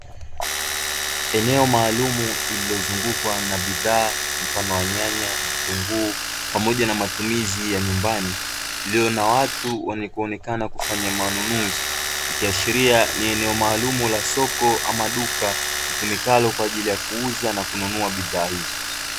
Eneo maalumu lililozungukwa na bidhaa mfano wa nyanya, vitunguu pamoja na matumizi ya nyumbani lililo na watu wakionekana kufanya manunuzi. Ikiashiria ni eneo maalumu la soko ama duka litumikalo kwa ajili ya kuuza na kununua bidhaa hizo.